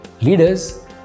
Leaders